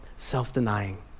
Self-denying